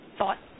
thought